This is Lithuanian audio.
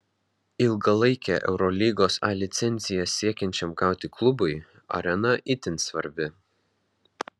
ilgalaikę eurolygos a licenciją siekiančiam gauti klubui arena itin svarbi